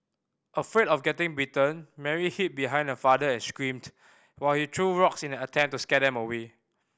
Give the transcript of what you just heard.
afraid of getting bitten Mary hid behind her father and screamed while he threw rocks in an attempt to scare them away